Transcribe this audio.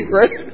right